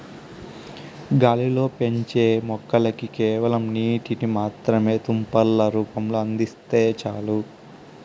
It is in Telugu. గాలిలో పెంచే మొక్కలకి కేవలం నీటిని మాత్రమే తుంపర్ల రూపంలో అందిస్తే చాలు